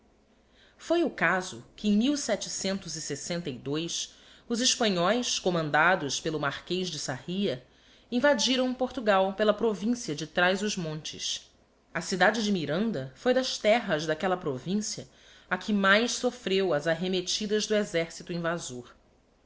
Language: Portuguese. foi o caso que em os hespanhoes commandados pelo marquez de sarria invadiram portugal pela provincia de traz os montes a cidade de miranda foi das terras d'aquella provincia a que mais soffreu as arremettidas do exercito invasor